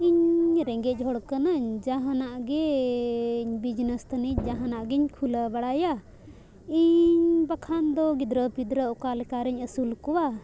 ᱤᱧ ᱨᱮᱸᱜᱮᱡ ᱦᱚᱲ ᱠᱟᱹᱱᱟᱹᱧ ᱡᱟᱦᱟᱱᱟᱜ ᱜᱮ ᱵᱤᱡᱽᱱᱮᱥ ᱛᱟᱹᱱᱤᱡ ᱡᱟᱦᱟᱱᱟᱜ ᱜᱤᱧ ᱠᱷᱩᱞᱟᱹᱣ ᱵᱟᱲᱟᱭᱟ ᱤᱧ ᱵᱟᱠᱷᱟᱱ ᱫᱚ ᱜᱤᱫᱽᱨᱟᱹ ᱯᱤᱫᱽᱨᱟᱹ ᱚᱠᱟ ᱞᱮᱠᱟ ᱨᱤᱧ ᱟᱹᱥᱩᱞ ᱠᱚᱣᱟ